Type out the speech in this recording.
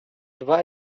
dwa